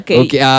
okay